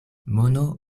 mono